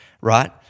Right